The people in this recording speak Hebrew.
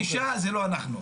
מי שטועה בגישה זה לא אנחנו.